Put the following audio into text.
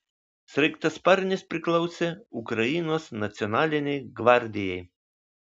sraigtasparnis priklausė ukrainos nacionalinei gvardijai